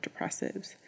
depressives